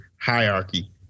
hierarchy